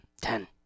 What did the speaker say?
Ten